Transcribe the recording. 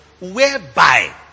whereby